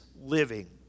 living